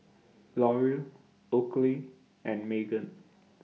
L'Oreal Oakley and Megan